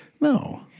No